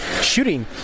shooting